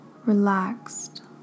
relaxed